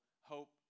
hope